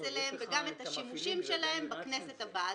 אליהן וגם את השימושים שלהן בכנסת הבאה.